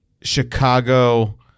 Chicago